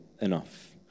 enough